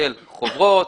של חוברות,